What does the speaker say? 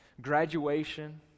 graduation